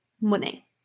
money